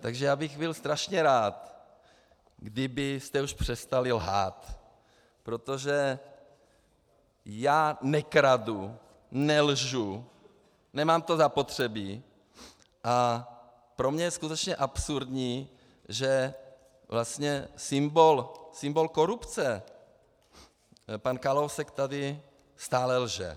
Takže já bych byl strašně rád, kdybyste už přestali lhát, protože já nekradu, nelžu, nemám to zapotřebí a pro mě je skutečně absurdní, že vlastně symbol korupce pan Kalousek tady stále lže.